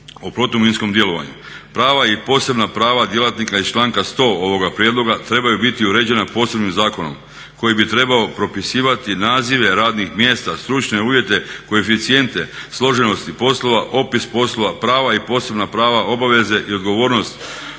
o protuminskom djelovanju. Prava i posebna prava djelatnika iz članka 100. ovoga prijedloga trebaju biti uređena posebnim zakonom koji bi trebao propisivati nazive radnih mjesta, stručne uvjete, koeficijente složenosti poslova, opis poslova, prava i posebna prava, obaveze i odgovornost